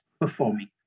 performing